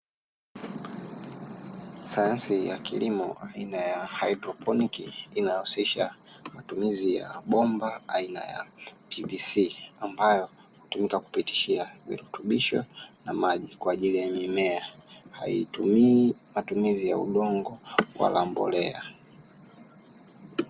Sayansi ya kilimo aina ya haidroponi inayohusisha matumizi ya bomba aina ya "pvc", ambayo hutumika kupitishia virutubisho na maji kwa ajili ya mimea. Haitumii matumizi ya udongo wala mbolea.